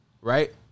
Right